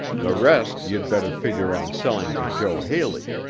the rest you'd better figure on selling to joe haley.